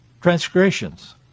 transgressions